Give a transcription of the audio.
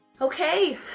Okay